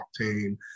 octane